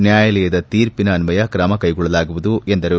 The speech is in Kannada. ನ್ಯಾಯಾಲಯದ ತೀರ್ಷಿನ ಅನ್ವಯ ಕ್ರಮ ಕೈಗೊಳ್ಳಲಾಗುವುದು ಎಂದರು